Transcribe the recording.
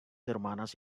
hermanas